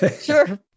Sure